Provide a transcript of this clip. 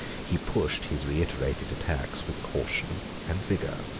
he pushed his reiterated attacks with caution and vigor.